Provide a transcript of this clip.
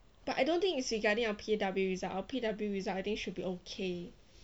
but I don't think it's regarding our P_W result I think our P_W result should be okay